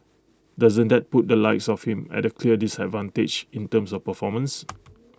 doesn't that put the likes of him at A clear disadvantage in terms of performance